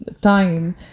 time